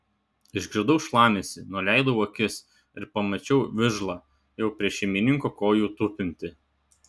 išgirdau šlamesį nuleidau akis ir pamačiau vižlą jau prie šeimininko kojų tupintį